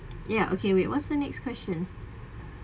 ya okay wait what's the next question